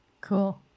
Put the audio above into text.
Cool